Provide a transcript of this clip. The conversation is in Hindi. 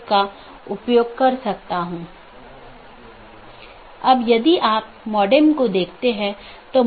पैकेट IBGP साथियों के बीच फॉरवर्ड होने के लिए एक IBGP जानकार मार्गों का उपयोग करता है